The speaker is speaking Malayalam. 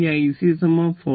ഈ I C 14